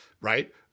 right